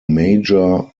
major